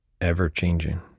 ever-changing